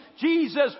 Jesus